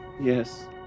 Yes